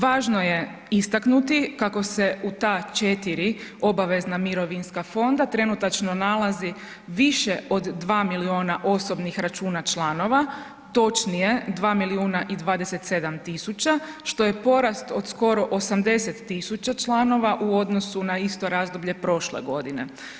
Važno je istaknuti kako se u ta 4 obavezna mirovinska fonda trenutačno nalazi više od 2 milijuna osobnih računa članova, točnije 2 milijuna i 27 tisuća, što je porast od skoro 80 tisuća članova u odnosu na isto razdoblje prošle godine.